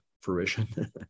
fruition